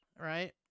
Right